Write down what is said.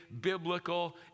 biblical